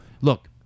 Look